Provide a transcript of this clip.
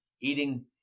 Eating